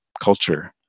culture